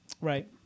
Right